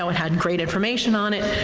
know, it had and great information on it,